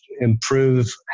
improve